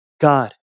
God